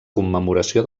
commemoració